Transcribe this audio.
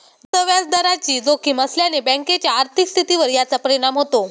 जास्त व्याजदराची जोखीम असल्याने बँकेच्या आर्थिक स्थितीवर याचा परिणाम होतो